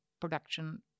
production